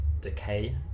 decay